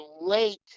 late